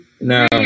Now